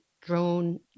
Drone